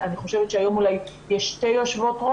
אני חושבת שהיום אולי יש שתי יושבות-ראש.